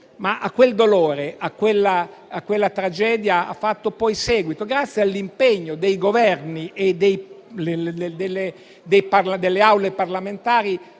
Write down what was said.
Ma a quel dolore, a quella tragedia hanno fatto poi seguito, grazie all'impegno dei Governi e delle Aule parlamentari,